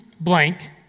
blank